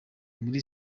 muri